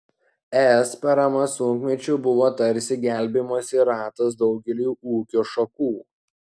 es parama sunkmečiu buvo tarsi gelbėjimosi ratas daugeliui ūkio šakų